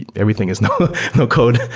everything is no no code.